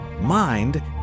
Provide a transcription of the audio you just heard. Mind